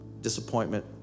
disappointment